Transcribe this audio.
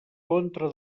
contra